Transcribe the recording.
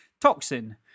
Toxin